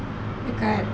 kan